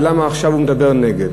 ולמה עכשיו הוא מדבר נגד,